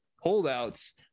holdouts